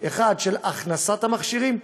1. הכנסת המכשירים,